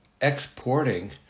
exporting